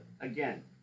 Again